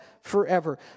forever